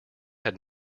had